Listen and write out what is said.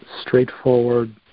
straightforward